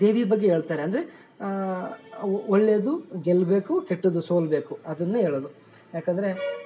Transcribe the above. ದೇವಿಯ ಬಗ್ಗೆ ಹೇಳ್ತಾರೆ ಅಂದರೆ ಒಳ್ಳೇದು ಗೆಲ್ಲಬೇಕು ಕೆಟ್ಟದ್ದು ಸೋಲಬೇಕು ಅದನ್ನೇ ಹೇಳೋದು ಯಾಕಂದರೆ